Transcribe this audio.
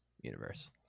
universe